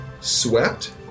swept